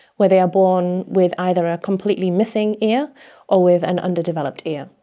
where they are born with either a completely missing ear or with an underdeveloped ear.